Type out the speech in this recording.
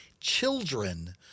children